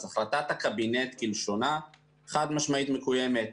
אז החלטת הקבינט כלשונה חד-משמעית מקוימת.